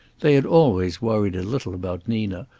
they had always worried a little about nina,